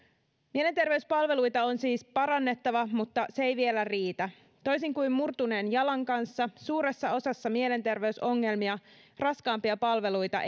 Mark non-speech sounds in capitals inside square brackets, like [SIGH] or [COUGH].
mielenterveyspalveluita on siis parannettava mutta se ei vielä riitä toisin kuin murtuneen jalan kanssa suuressa osassa mielenterveysongelmia raskaampia palveluita [UNINTELLIGIBLE]